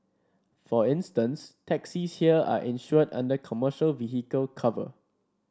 for instance taxis here are insured under commercial vehicle cover